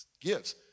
gives